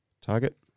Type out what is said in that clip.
target